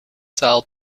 taal